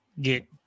get